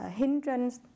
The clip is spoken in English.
hindrance